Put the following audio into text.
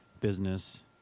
business